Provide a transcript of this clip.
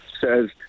says